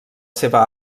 seva